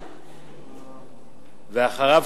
ואחריו,